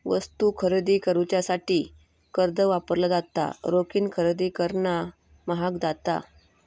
वस्तू खरेदी करुच्यासाठी कर्ज वापरला जाता, रोखीन खरेदी करणा म्हाग जाता